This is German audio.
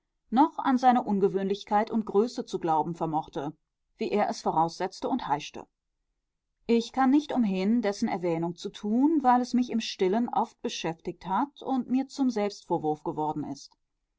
noch an seine ungewöhnlichkeit und größe zu glauben vermochte wie er es voraussetzte und heischte ich kann nicht umhin dessen erwähnung zu tun weil es mich im stillen oft beschäftigt hat und mir zum selbstvorwurf geworden ist